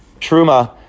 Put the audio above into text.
Truma